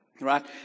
Right